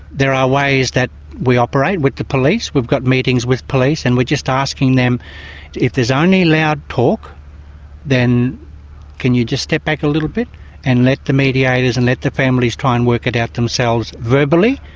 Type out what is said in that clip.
there are ways that we operate with the police. we've got meetings with police and we're just asking them if there's only loud talk then can you just step back a little bit and let the mediators and let the families try and work it out themselves verbally,